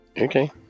Okay